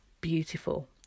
beautiful